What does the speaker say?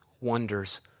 wonders